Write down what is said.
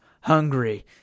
hungry